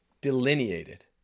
delineated